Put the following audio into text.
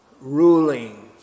ruling